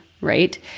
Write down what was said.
right